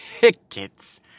tickets